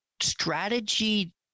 strategy